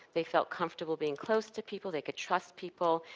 they felt comfortable being close to people, they could trust people,